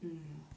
mm